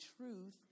truth